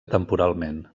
temporalment